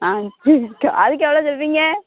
ஆ சரிக்கா அதுக்கு எவ்வளோ சொல்லுவீங்க